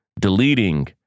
deleting